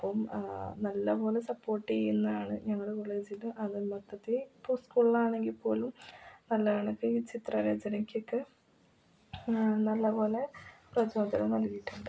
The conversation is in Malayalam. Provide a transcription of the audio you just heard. അപ്പം നല്ല പോലെ സപ്പോർട്ട് ചെയ്യുന്നതാണ് ഞങ്ങളെ കോളേജിൽ അതു മൊത്തത്തിൽ ഇപ്പോൾ സ്കൂളാണെങ്കിൽപ്പോലും നല്ലതാണ് ഇപ്പം ഈ ചിത്ര രചനക്കൊക്കെ നല്ല പോലെ പ്രചോദനം നൽകിയിട്ടുണ്ട്